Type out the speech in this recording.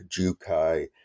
Jukai